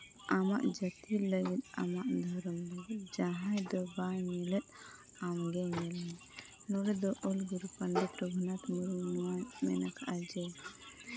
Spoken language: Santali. ᱟᱢᱟᱜ ᱡᱟᱹᱛᱤ ᱞᱟᱹᱜᱤᱫ ᱟᱢᱟᱜ ᱫᱷᱚᱨᱚᱢ ᱞᱟᱹᱜᱤᱫ ᱡᱟᱦᱟᱸᱭ ᱫᱚ ᱵᱟᱭ ᱧᱮᱞᱮᱫ ᱟᱢᱜᱮ ᱧᱮᱞ ᱢᱮ ᱱᱚᱰᱮ ᱫᱚ ᱚᱞ ᱜᱩᱨᱩ ᱯᱚᱱᱰᱤᱛ ᱨᱚᱜᱷᱩᱱᱟᱛᱷ ᱢᱩᱨᱢᱩ ᱢᱮᱱ ᱠᱟᱜ ᱟᱭ ᱡᱮ